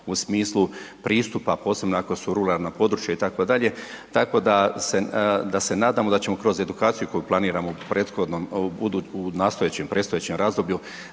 u smislu pristupa posebno ako su ruralna područja itd., tako da se nadamo da ćemo kroz edukaciju koju planiramo u nastojećem, predstojećem razdoblju